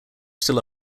still